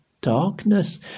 darkness